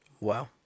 Wow